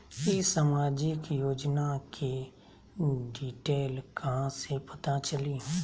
ई सामाजिक योजना के डिटेल कहा से पता चली?